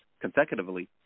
consecutively